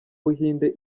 buhinde